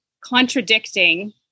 contradicting